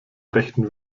rechten